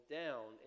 down